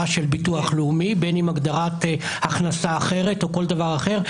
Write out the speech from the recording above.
של ביטוח לאומי ובין בהגדרה של הכנסה אחרת או כל דבר אחר.